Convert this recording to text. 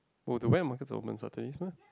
oh the wet markets are open on Saturdays meh